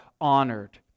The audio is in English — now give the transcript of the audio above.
honored